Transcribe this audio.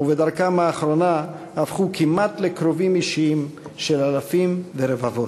ובדרכם האחרונה הפכו כמעט לקרובים אישיים של אלפים ורבבות.